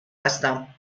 هستم